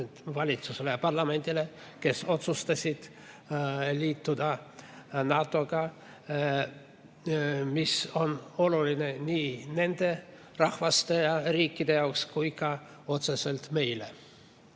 valitsusele ja parlamendile, kes otsustasid liituda NATO-ga. See on oluline nii nende rahvaste ja riikide jaoks kui ka otseselt meile.